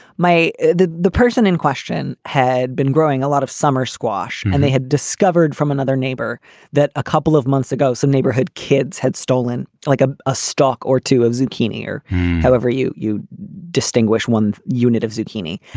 my the the person in question had been growing a lot of summer squash. and they had discovered from another neighbor that a couple of months ago, some neighborhood kids had stolen like a a stock or two of zucchini or however, you you distinguish one unit of zucchini.